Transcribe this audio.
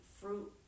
fruit